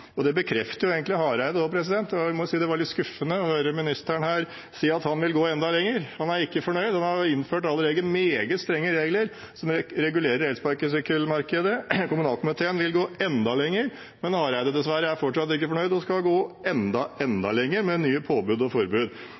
Det bekrefter egentlig Hareide også, og jeg må si at det var litt skuffende å høre ministeren si at han vil gå enda lenger. Han er ikke fornøyd, og han har allerede innført meget strenge regler som regulerer elsparkesykkelmarkedet. Kommunalkomiteen vil gå enda lenger, men Hareide er dessverre fortsatt ikke fornøyd og skal gå enda lenger med nye påbud og forbud.